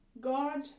God